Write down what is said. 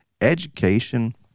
education